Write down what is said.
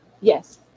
Yes